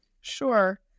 Sure